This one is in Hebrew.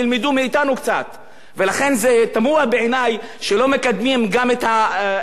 ולכן תמוה בעיני שלא מקדמים גם את השידורים בשפה הערבית